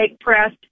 press